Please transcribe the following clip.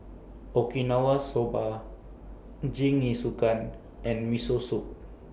Okinawa Soba Jingisukan and Miso Soup